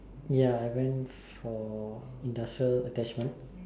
ya I went for industrial attachment